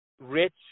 rich